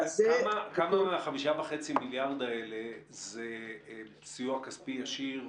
כמה מה-5.5 מיליארד שקל האלה הוא סיוע כספי ישיר